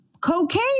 Cocaine